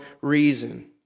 reason